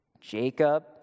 Jacob